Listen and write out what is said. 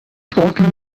talking